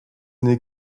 n’est